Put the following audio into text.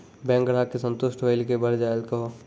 Bank ग्राहक के संतुष्ट होयिल के बढ़ जायल कहो?